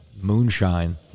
moonshine